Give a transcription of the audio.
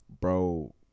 bro